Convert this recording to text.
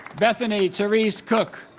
bethany therese cook